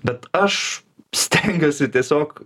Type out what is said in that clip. bet aš stengiuosi tiesiog